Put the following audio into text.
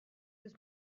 his